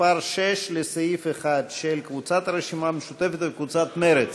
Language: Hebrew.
ההסתייגות (6) של קבוצת סיעת הרשימה המשותפת וקבוצת סיעת מרצ